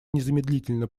незамедлительно